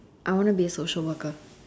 I wanna be a social worker